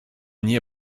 nie